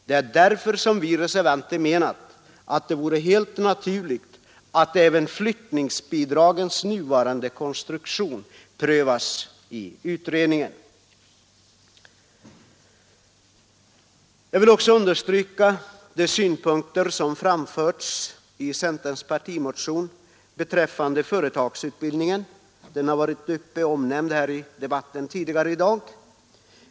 Det är därför som vi reservanter menat att det vore naturligt att även flyttningsbidragens nuvarande konstruktion prövas i utredningen. Jag vill också understryka de synpunkter som framförts i centerns partimotion beträffande företagsutbildningen. Den har varit omnämnd här i debatten tidigare i dag.